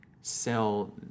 sell